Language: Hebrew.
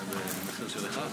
לשבת.